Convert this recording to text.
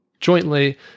jointly